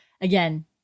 again